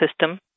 system